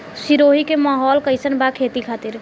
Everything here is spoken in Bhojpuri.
सिरोही के माहौल कईसन बा खेती खातिर?